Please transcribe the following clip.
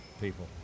people